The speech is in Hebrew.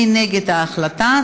מי נגד ההחלטה?